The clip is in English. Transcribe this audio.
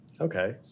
Okay